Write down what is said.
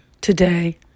today